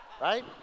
Right